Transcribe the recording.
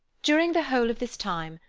during the whole of this time,